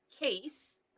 case